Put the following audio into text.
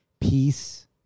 peace